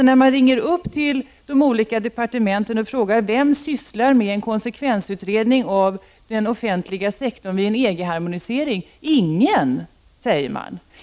När man ringer upp till de olika departementen och frågar vem som sysslar med en utredning om konsekvenserna för den offentliga sektorn av en EG-harmonisering säger man: Ingen.